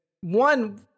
one